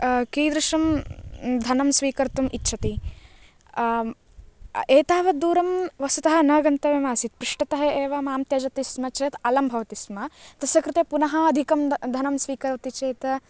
कीदृशं धनं स्वीकर्तुं इच्छति एतावत् दूरं वस्तुतः न गन्तव्यम् आसीत् पृष्ठतः एव मां त्यजतिस्म चेत् अलम् भवतिस्म तस्य कृते पुनः अधिकं धनं स्वीकरोति चेत्